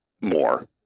more